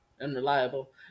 unreliable